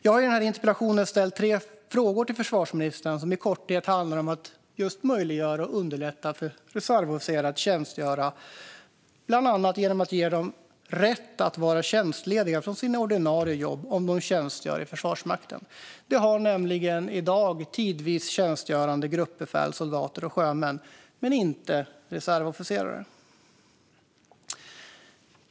Jag har i denna interpellation ställt tre frågor till försvarsministern som i korthet handlar om att möjliggöra och underlätta för reservofficerare att tjänstgöra, bland annat genom att ge dem rätt att vara tjänstlediga från sina ordinarie jobb om de tjänstgör i Försvarsmakten. Den rätten har i dag tidvis tjänstgörande gruppbefäl, soldater och sjömän men inte reservofficerare.